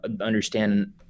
understand